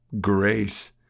Grace